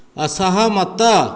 ଅସହମତ